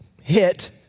hit